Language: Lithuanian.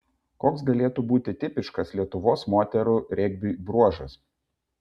koks galėtų būti tipiškas lietuvos moterų regbiui bruožas